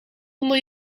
onder